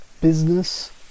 business